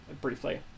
briefly